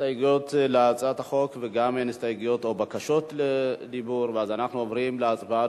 הסתייגויות להצעת החוק וגם אין בקשות דיבור אז אנחנו עוברים להצבעה.